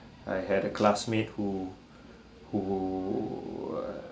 I had a classmate who who uh